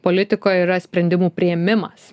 politikoj yra sprendimų priėmimas